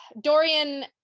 Dorian